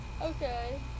Okay